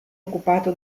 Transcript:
occupato